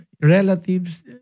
relatives